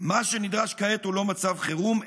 "מה שנדרש כעת הוא לא מצב חירום,